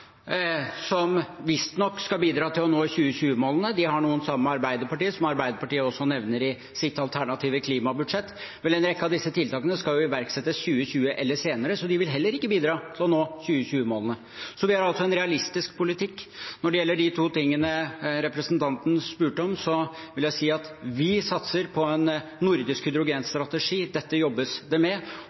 som visstnok skal bidra til å nå 2020-målene. De har noen sammen med Arbeiderpartiet, som Arbeiderpartiet også nevner i sitt alternative klimabudsjett. Vel, en rekke av disse tiltakene skal jo iverksettes i 2020 eller senere, så de vil heller ikke bidra til å nå 2020-målene. Vi har altså en realistisk politikk. Når det gjelder de to tingene representanten spurte om, vil jeg si at vi satser på en nordisk hydrogenstrategi – dette jobbes det med